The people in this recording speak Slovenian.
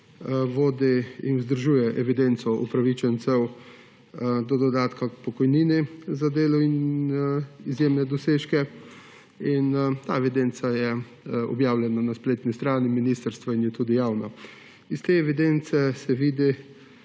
vodi in vzdržuje evidenco upravičencev do dodatka k pokojnini za delo in izjemne dosežke; ta evidenca je objavljena na spletni strani ministrstva in je tudi javna. Iz te evidence se vidi,